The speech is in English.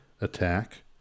attack